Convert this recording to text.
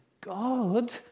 God